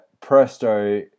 Presto